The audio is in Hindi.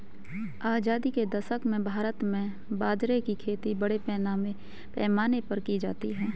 आजादी के दशक में भारत में बाजरे की खेती बड़े पैमाने पर की जाती थी